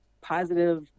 positive